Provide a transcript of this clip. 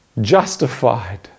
Justified